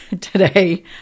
today